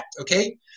Okay